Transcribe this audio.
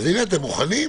אז הינה, אתם מוכנים.